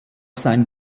sein